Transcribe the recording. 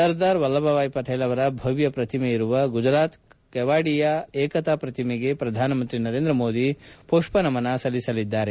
ಸರ್ದಾರ್ ವಲ್ಲಭ ಭಾಯ್ ಪಟೇಲ್ ಅವರ ಭವ್ಯ ಪ್ರತಿಮೆ ಇರುವ ಗುಜರಾತ್ ಕೆವಾಡಿಯಾ ಏಕತಾ ಪ್ರತಿಮೆಗೆ ಪ್ರಧಾನಮಂತ್ರಿ ನರೇಂದ್ರ ಮೋದಿ ಪುಷ್ಪ ನಮನ ಸಲ್ಲಿಸಲಿದ್ದಾರೆ